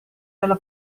della